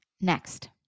next